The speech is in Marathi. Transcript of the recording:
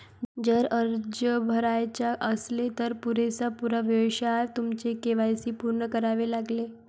जर अर्ज भरायचा असेल, तर पुरेशा पुराव्यासह तुमचे के.वाय.सी पूर्ण करावे लागेल